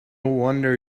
wonder